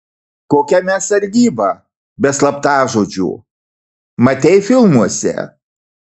kokia mes sargyba be slaptažodžių matei filmuose